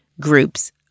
groups